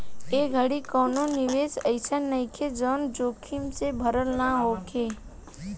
ए घड़ी कवनो निवेश अइसन नइखे जवन जोखिम से भरल ना होखे